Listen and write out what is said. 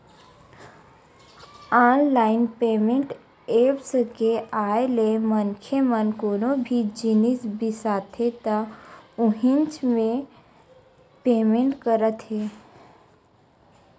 online payment apps के आए ले मनखे मन कोनो भी जिनिस बिसाथे त उहींच म पेमेंट करत हे